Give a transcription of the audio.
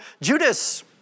Judas